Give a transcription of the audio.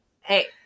hey